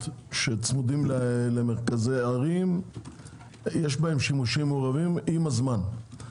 שצמודים למרכזי ערים יש שימושים מעורבים עם הזמן.